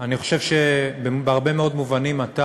אני חושב שבהרבה מאוד מובנים אתה